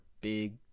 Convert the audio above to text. big